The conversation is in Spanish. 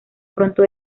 pronto